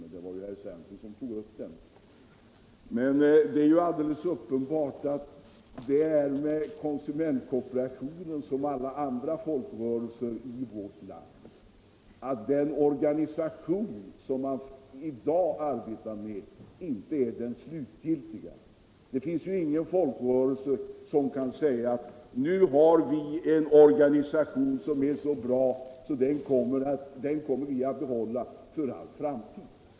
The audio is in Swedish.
Det var herr Svensson som tog upp den. Men det är ju alldeles uppenbart att det förhåller sig med konsumentkooperationen som med alla andra folkrörelser i vårt land, nämligen att den organisation som man i dag arbetar med inte är den slutgiltiga. Det finns ingen folkrörelse där man kan säga att nu har vi en organisation som är så bra att vi kommer att behålla den för all framtid.